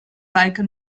like